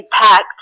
impact